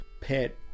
pet